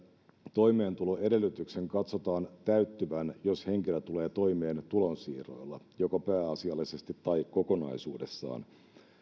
toimeentuloedellytyksen katsotaan täyttyvän jos henkilö tulee toimeen tulonsiirroilla joko pääasiallisesti tai kokonaisuudessaan